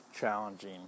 challenging